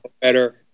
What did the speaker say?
better